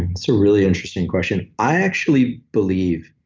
and so really interesting question. i actually believe,